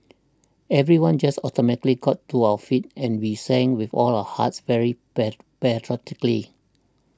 everyone just automatically got to our feet and we sang with all of our hearts very patriotically